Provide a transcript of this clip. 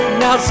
now